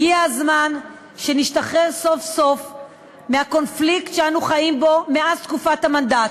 הגיע הזמן שנשתחרר סוף-סוף מהקונפליקט שאנו חיים בו מאז תקופת המנדט,